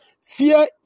Fear